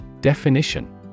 Definition